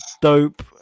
dope